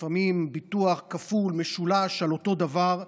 לפעמים ביטוח כפול ומשולש על אותו דבר,